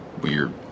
weird